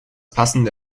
passende